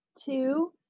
two